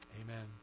Amen